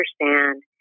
understand